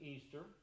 Easter